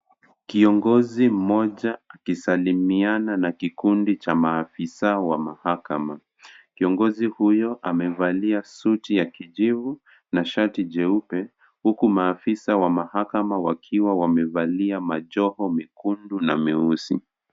Kiongozi mmoja akisalimiana na kikundi cha maafisa wa mahakama. Kiongozi huyo amevalia suti ya kijivu na shati jeupe, huku maafisa wa mahakama wakiwa wamevalia majoho mekundu na meusi.